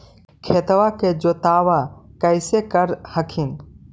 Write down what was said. खेतबा के जोतय्बा कैसे कर हखिन?